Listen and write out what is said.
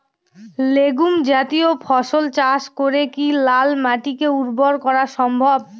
Legume জাতীয় ফসল চাষ করে কি লাল মাটিকে উর্বর করা সম্ভব?